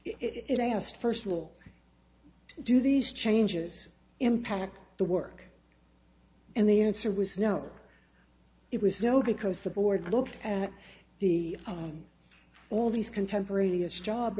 i asked first of all do these changes impact the work and the answer was no it was no because the board looked at the all these contemporaneous job